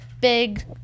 big